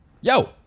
Yo